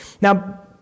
Now